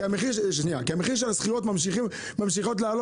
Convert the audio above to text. כי המחיר של השכירות ממשיכים לעלות.